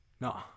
No